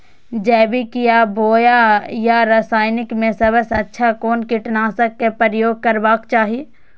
जैविक या बायो या रासायनिक में सबसँ अच्छा कोन कीटनाशक क प्रयोग करबाक चाही?